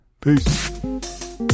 peace